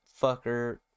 fucker